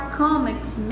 comics